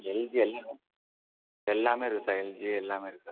LG எல்லாம் எல்லாமே இருக்கு சார் எல்ஜி எல்லாமே இருக்கு சார்